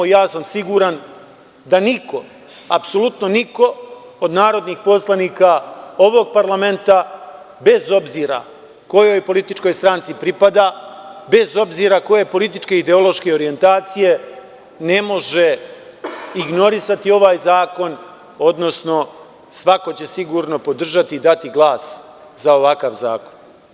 Siguran sam da niko, apsolutno niko od narodnih poslanika ovog parlamenta bez obzira kojoj političkoj stranci pripada, bez obzira koje političke ideološke orijentacije, ne može ignorisati ovaj zakon, odnosno svako će sigurno podržati i dati glas za ovakav zakon.